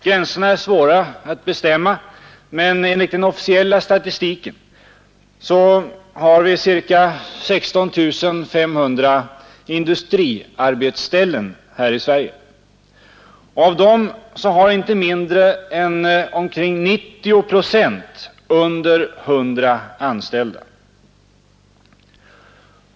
Gränserna är svåra att bestämma, men enligt den officiella statistiken har vi ca 16 500 industriarbetsställen här i Sverige. Av dem har inte mindre än omkring 90 procent under 100 anställda.